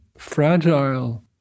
Fragile